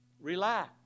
Relax